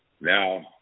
Now